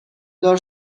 دار